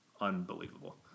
Unbelievable